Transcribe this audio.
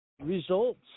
results